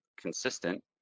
consistent